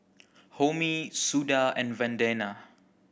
Homi Suda and Vandana